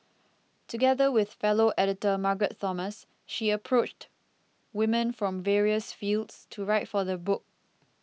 together with fellow editor Margaret Thomas she approached women from various fields to write for the book